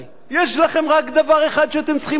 אתם לא אלה שצריכים להכתיב את כל מה שקורה בבית הזה,